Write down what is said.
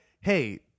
hey